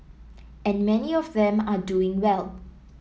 and many of them are doing well